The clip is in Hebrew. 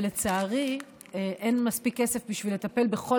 ולצערי אין מספיק כסף בשביל לטפל בכל